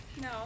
No